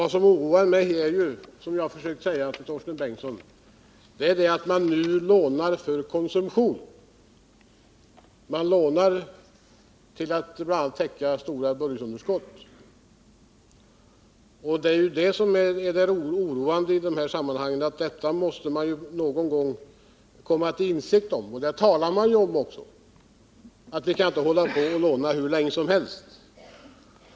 Vad som oroar mig är — och det har jag försökt säga till Torsten Bengtson — att man nu lånar till konsumtion. Man lånar till att bl.a. täcka det stora budgetunderskottet. Detta är oroande, och det måste man någon gång komma till insikt om. Man talar ju om att man inte kan hålla på att låna hur länge som helst.